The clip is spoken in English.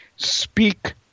speak